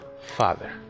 Father